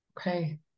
okay